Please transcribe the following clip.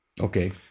Okay